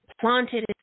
planted